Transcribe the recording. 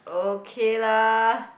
okay lah